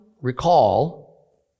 recall